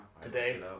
Today